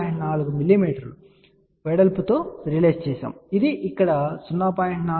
4 mm వెడల్పుతో realise చేయబడింది ఇది ఇక్కడ 0